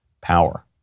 power